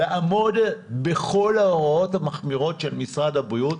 לעמוד בכל ההוראות המחמירות של משרד הבריאות,